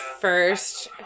first